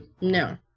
No